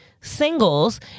singles